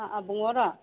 ꯑꯥ ꯑꯥ ꯕꯨꯡꯉꯣꯔꯣ